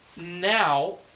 now